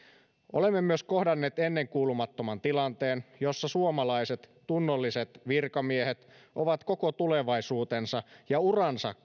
olemme myös kohdanneet ennenkuulumattoman tilanteen jossa suomalaiset tunnolliset virkamiehet ovat koko tulevaisuutensa ja uransa